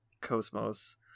Cosmos